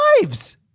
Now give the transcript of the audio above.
lives